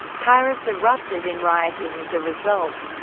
paris erupted in rioting as a result,